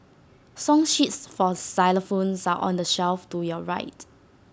song sheets for xylophones are on the shelf to your right